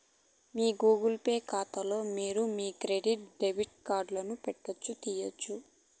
మీ Google pay కాతాలో మీరు మీ క్రెడిట్ డెబిట్ కార్డులను పెట్టొచ్చు, తీయొచ్చు